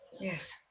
Yes